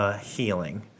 healing